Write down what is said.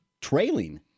trailing